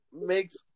makes